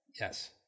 Yes